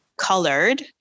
Colored